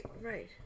right